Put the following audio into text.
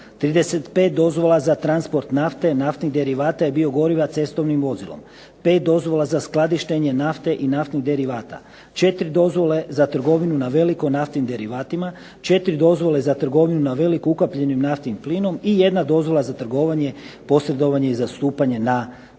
35 dozvola za transport nafte, naftnih derivata i biogoriva cestovnim vozilom. 5 dozvola za skladištenje nafte i naftnih derivata. 4 dozvole za trgovinu na veliko naftnim derivatima. 4 dozvole za trgovinu na veliko ukapljenim naftnim plinom i jedna dozvola za trgovanje, posredovanje i zastupanje na tržištu